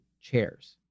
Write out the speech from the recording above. chairs